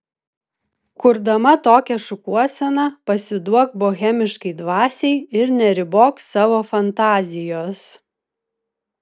kurdama tokią šukuoseną pasiduok bohemiškai dvasiai ir neribok savo fantazijos